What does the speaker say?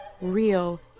real